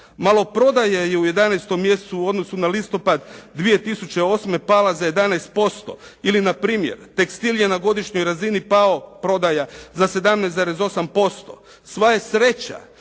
Maloprodaja je u 11 mjesecu u odnosu na listopad 2008. pala za 11%. Ili npr. tekstil je na godišnjoj razini pao prodaja za 17.8%. Sva je sreća